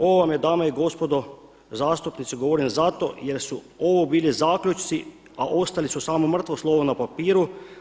Ovo vam dame i gospodo zastupnici govorim zato jer su ovo bili zaključci a ostali su samo mrtvo slovo na papiru.